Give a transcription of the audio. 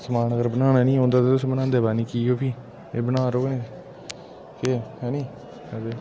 समान अगर बनाना नी औंदा ते तुस बनांदे पता नी की ओ फ्ही जां बना करो गै नी केह् है नी